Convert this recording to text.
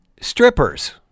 strippers